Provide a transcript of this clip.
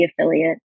affiliate